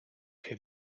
que